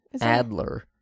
Adler